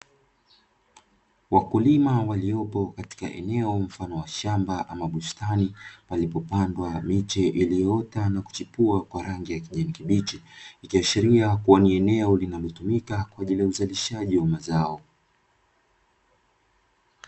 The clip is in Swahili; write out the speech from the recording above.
Wakulima waliopo katika eneo mfano wa shamba ama bustani, palipopandwa miche iliyoota na kuchipua kwa rangi ya kijani kibichi, ikiashiria kuwa ni eneo linalotumika kwa ajili ya uzalishaji wa mazao.